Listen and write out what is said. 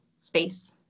space